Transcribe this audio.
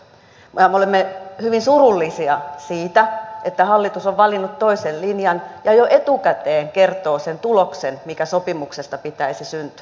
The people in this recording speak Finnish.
me olemme hyvin surullisia siitä että hallitus on valinnut toisen linjan ja jo etukäteen kertoo sen tuloksen mikä sopimuksesta pitäisi syntyä